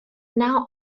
now